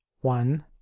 one